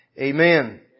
Amen